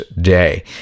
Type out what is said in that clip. day